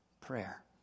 prayer